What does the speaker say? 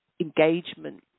engagement